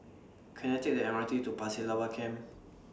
Can I Take The M R T to Pasir Laba Camp